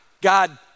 God